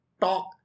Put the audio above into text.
talk